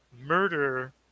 murder